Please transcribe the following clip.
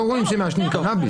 לא רואים שמעשנים קנאביס.